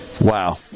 Wow